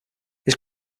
his